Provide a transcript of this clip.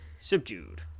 Subdued